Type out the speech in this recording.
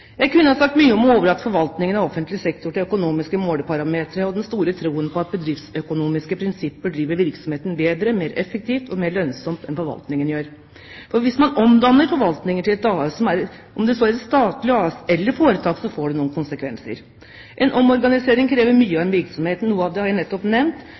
Jeg kunne ha sagt mye om å overlate forvaltningen av offentlig sektor til økonomiske måleparametre og om den store troen på at bedriftsøkonomiske prinsipper driver virksomheten bedre, mer effektivt og mer lønnsomt enn forvaltningen gjør. For hvis man omdanner forvaltninger til et AS, om det så er et statlig AS eller foretak, så får det noen konsekvenser. En omorganisering krever mye av en virksomhet. Noe har jeg nettopp nevnt,